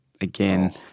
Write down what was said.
again